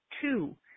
Two